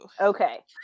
Okay